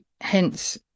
hence